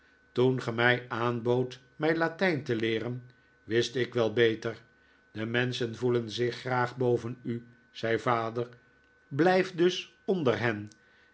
toen ge mij aanboodt mij latijn te leeren wist ik wel beter de menschen voelen zich graag boven u zei vader blijf dus onder hen